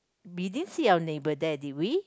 we didn't see our neighbour there did we